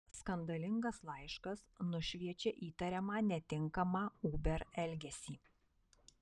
skandalingas laiškas nušviečia įtariamą netinkamą uber elgesį